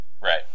Right